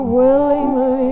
willingly